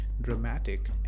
dramatic